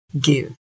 give